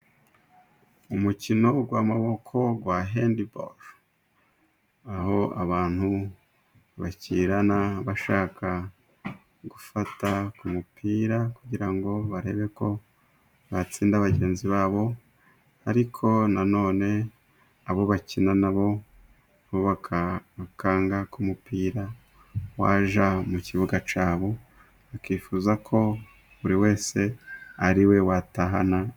Umukino w'amaboko wa handiboro, aho abantu bakirana bashaka gufata ku mupira kugira ngo barebe ko batsinda bagenzi ba bo, ariko nanone abo bakina na bo bukanga ko umupira wajya mu kibuga cya bo, bakifuza ko buri wese ariwe watahana.